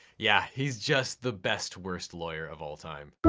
yeah, he's just the best worst lawyer of all time.